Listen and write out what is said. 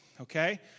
okay